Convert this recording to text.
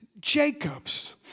Jacob's